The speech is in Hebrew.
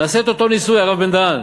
נעשה את אותו ניסוי, הרב בן-דהן.